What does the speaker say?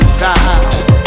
time